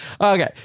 Okay